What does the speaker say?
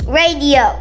radio